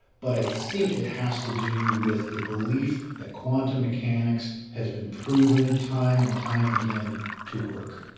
but i think it has to do with the belief that quantum mechanics has been proven time and time again to work.